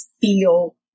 feel